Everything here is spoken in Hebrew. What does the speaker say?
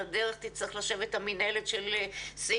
על הדרך תצטרך לשבת המינהלת של סימה,